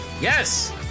Yes